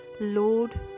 lord